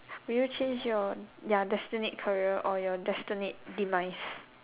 would you change your ya destined career or your destined demise